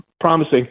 promising